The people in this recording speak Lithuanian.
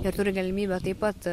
jie turi galimybę taip pat